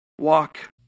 Walk